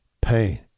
Pain